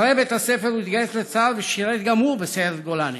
אחרי בית הספר הוא התגייס לצה"ל ושירת גם הוא בסיירת גולני.